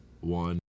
one